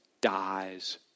dies